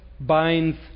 binds